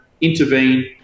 intervene